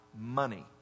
money